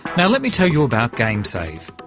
now let me tell you about gamesave.